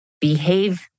behave